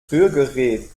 rührgerät